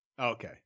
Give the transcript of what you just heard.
Okay